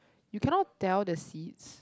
you cannot tell the seats